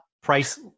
price